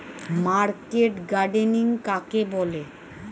Market gardening কাকে বলে?